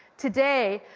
today,